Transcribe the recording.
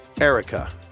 Erica